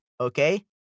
okay